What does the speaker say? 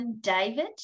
David